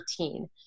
13